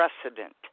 precedent